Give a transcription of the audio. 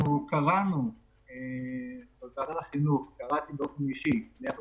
קראתי באופן אישי ליפה